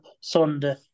Sunday